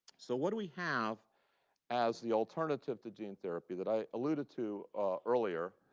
so what do we have as the alternative to gene therapy that i alluded to earlier,